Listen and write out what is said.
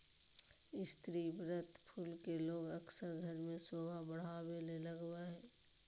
स्रीवत फूल के लोग अक्सर घर में सोभा बढ़ावे ले लगबा हइ